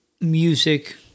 music